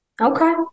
Okay